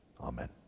Amen